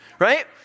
right